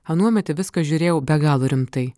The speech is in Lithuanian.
anuomet į viską žiūrėjau be galo rimtai